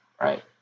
Right